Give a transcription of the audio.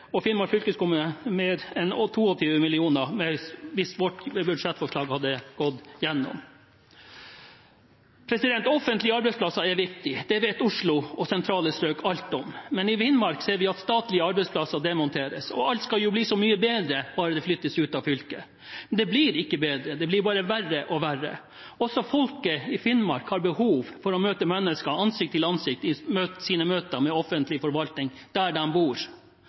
og Finnmark fylkeskommune ville fått mer enn 22 mill. kr mer hvis vårt budsjettforslag hadde gått gjennom. Offentlige arbeidsplasser er viktig – det vet Oslo og sentrale strøk alt om. Men i Finnmark ser vi at statlige arbeidsplasser demonteres – alt skal jo bli så mye bedre bare det flyttes ut av fylket. Men det blir ikke bedre, det blir bare verre og verre. Også folket i Finnmark har behov for å møte mennesker ansikt til ansikt der de bor, i sine møter med offentlig forvaltning.